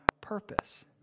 purpose